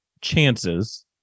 chances